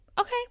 okay